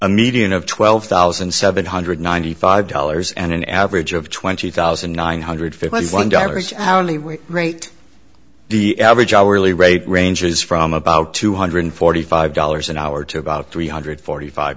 a median of twelve thousand seven hundred ninety five dollars and an average of twenty thousand nine hundred fifty one dollars hourly wage rate the average hourly rate ranges from about two hundred forty five dollars an hour to about three hundred forty five